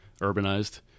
urbanized